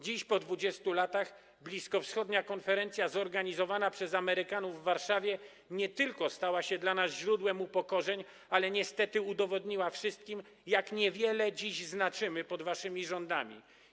Dziś, po 20 latach, bliskowschodnia konferencja zorganizowana przez Amerykanów w Warszawie nie tylko stała się dla nas źródłem upokorzeń, ale niestety udowodniła wszystkim, jak niewiele dziś znaczymy pod waszymi rządami.